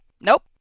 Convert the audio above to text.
Nope